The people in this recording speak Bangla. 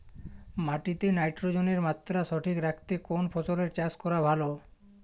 মাটিতে নাইট্রোজেনের মাত্রা সঠিক রাখতে কোন ফসলের চাষ করা ভালো?